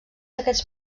aquests